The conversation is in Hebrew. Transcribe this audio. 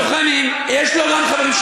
סליחה, חבריו של דב חנין, יש לו גם חברים.